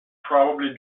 probably